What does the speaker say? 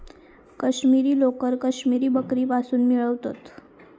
काश्मिरी लोकर काश्मिरी बकरीपासुन मिळवतत